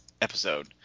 episode